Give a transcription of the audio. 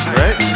right